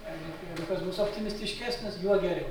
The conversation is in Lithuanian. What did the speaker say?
jeigu jeigu kas bus optimistiškesnis juo geriau